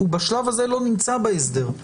בשלב הזה הוא לא נמצא בהסדר.